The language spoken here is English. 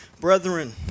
brethren